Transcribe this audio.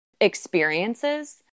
experiences